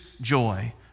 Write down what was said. joy